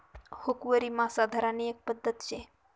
हुकवरी मासा धरानी एक पध्दत शे